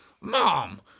mom